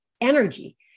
energy